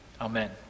amen